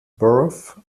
borough